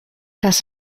das